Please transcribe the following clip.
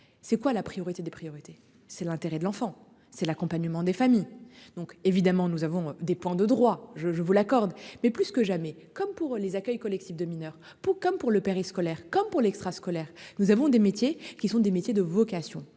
c'est quoi la priorité des priorités c'est l'intérêt de l'enfant, c'est l'accompagnement des familles. Donc évidemment nous avons des points de droit, je vous l'accorde mais plus que jamais comme pour les accueils collectifs de mineurs pour, comme pour le périscolaire, comme pour l'extra-scolaires, nous avons des métiers qui sont des métiers de vocation